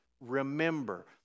Remember